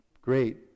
great